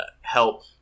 help